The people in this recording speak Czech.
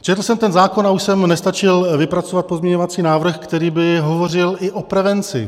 Četl jsem ten zákon a už jsem nestačil vypracovat pozměňovací návrh, který by hovořil i o prevenci.